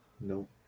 nope